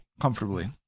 Comfortably